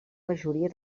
majoria